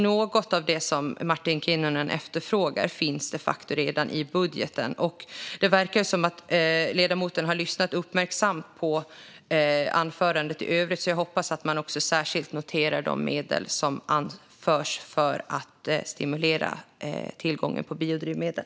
Något av det som Martin Kinnunen efterfrågar finns de facto redan i budgeten. Det verkar som att ledamoten har lyssnat uppmärksamt på anförandet i övrigt, så jag hoppas att han särskilt noterade de medel som anslås för att stimulera tillgången till biodrivmedel.